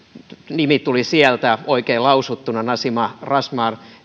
nimi tuli sieltä oikein lausuttuna nasima razmyar